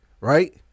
right